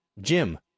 Jim